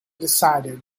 decided